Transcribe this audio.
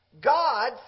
God